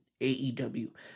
AEW